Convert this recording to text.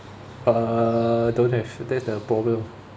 uh don't have that's the problem